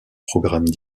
programmes